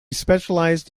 specialised